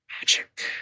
Magic